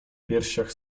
piersiach